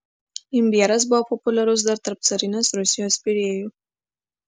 imbieras buvo populiarus dar tarp carinės rusijos virėjų